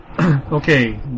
Okay